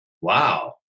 Wow